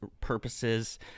purposes